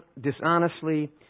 dishonestly